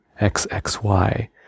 xxy